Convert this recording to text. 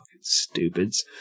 stupids